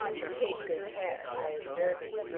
but take good care, i adjure thee,